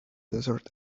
desert